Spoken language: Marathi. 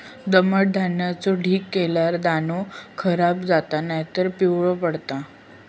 दमट धान्याचो ढीग केल्यार दाणो खराब जाता नायतर पिवळो पडता